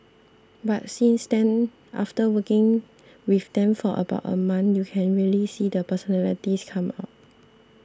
but since then after working with them for about a month you can really see their personalities come out